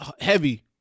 heavy